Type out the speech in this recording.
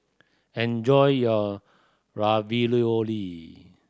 enjoy your Ravioli